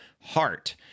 heart